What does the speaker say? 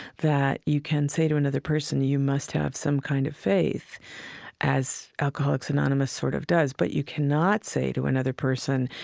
that you can say to another person, you you must have some kind of faith as alcoholics anonymous sort of does, but you cannot say to another person,